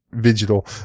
digital